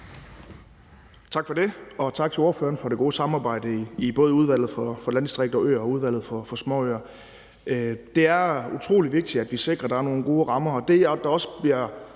Tak for det, og tak til ordføreren for det gode samarbejde i både Udvalget for Landdistrikter og Øer og Udvalget for Småøer. Det er utrolig vigtigt, at vi sikrer, at der er nogle gode rammer,